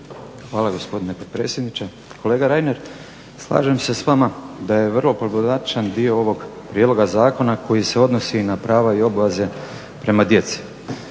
Hvala gospodine potpredsjedniče. Kolega Reiner, slažem se s vama da je vrlo problematičan dio ovog prijedloga zakona koji se odnosi na prava i obveze prema djeci.